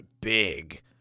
big